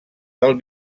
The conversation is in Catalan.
del